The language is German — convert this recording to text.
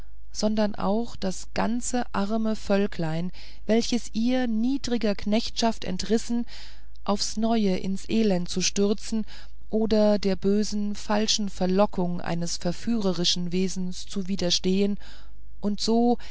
sondern auch das arme völklein welches ihr niedriger knechtschaft entrissen aufs neue ins elend zu stürzen oder der bösen falschen verlockung eines verführerischen wesens zu widerstehen und so